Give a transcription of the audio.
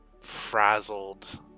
Frazzled